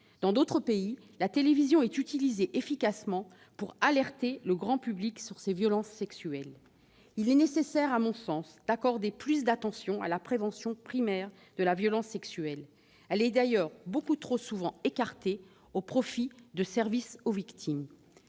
Dans d'autres pays, la télévision est utilisée efficacement pour alerter le grand public sur les violences sexuelles. À mes yeux, il est nécessaire d'accorder davantage d'attention à la prévention primaire de la violence sexuelle. Celle-ci est d'ailleurs beaucoup trop souvent négligée au profit des services aux victimes.